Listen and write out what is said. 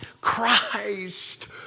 Christ